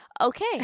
Okay